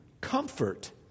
comfort